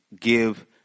give